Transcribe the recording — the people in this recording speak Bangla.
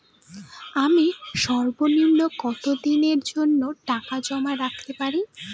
আমি সর্বনিম্ন কতদিনের জন্য টাকা জমা রাখতে পারি?